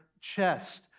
chest